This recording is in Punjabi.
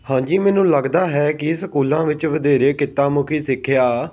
ਹਾਂਜੀ ਮੈਨੂੰ ਲੱਗਦਾ ਹੈ ਕਿ ਸਕੂਲਾਂ ਵਿੱਚ ਵਧੇਰੇ ਕਿੱਤਾ ਮੁਖੀ ਸਿੱਖਿਆ